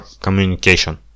communication